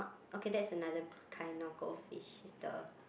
okay that's another kind of goldfish it's the